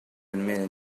minute